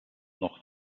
noch